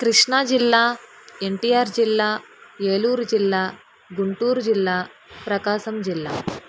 కృష్ణాజిల్లా ఎస్టీఆర్ జిల్లా ఏలూరు జిల్లా గుంటూరు జిల్లా ప్రకాశం జిల్లా